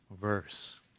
verse